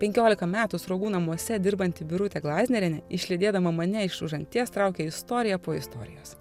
penkiolika metų sruogų namuose dirbanti birutė glaznerienė išlydėdama mane iš užanties traukė istoriją po istorijos